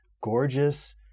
gorgeous